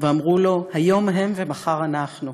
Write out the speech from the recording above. ואמרו לו: היום הם ומחר אנחנו,